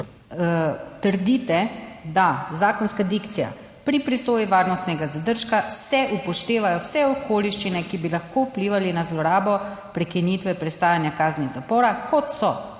trdite, da zakonska dikcija pri presoji varnostnega zadržka se upoštevajo vse okoliščine, ki bi lahko vplivale na zlorabo prekinitve prestajanja kazni zapora, kot so